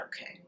okay